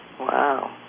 Wow